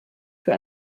für